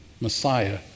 Messiah